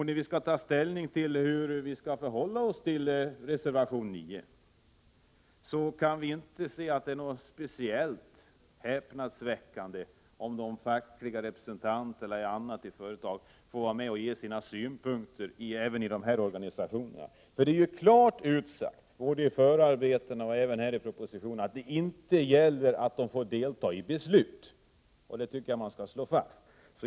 När vi skall ta ställning till reservation 9, kan vi inte se att det är speciellt häpnadsväckande om de fackliga representanterna får vara med och framföra sina synpunkter även i de här organisationerna. Det är ju klart utsagt, både i förarbetena och i propositionen, att det inte handlar om att delta i besluten, och det tycker jag att man skall slå fast.